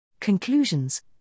Conclusions